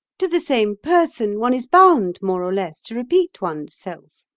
to the same person one is bound, more or less, to repeat oneself.